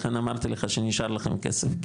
לכן אמרתי לך שנשאר לכם כסף,